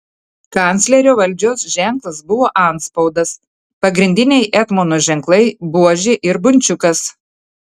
kanclerio valdžios ženklas buvo antspaudas pagrindiniai etmono ženklai buožė ir bunčiukas